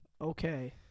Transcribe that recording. Okay